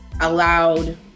allowed